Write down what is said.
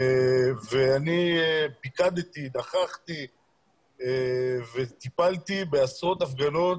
אני פיקדתי, נכחתי וטיפלתי בעשרות הפגנות,